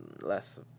less